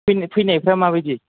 फैनाय फैनायफ्रा मा बायदि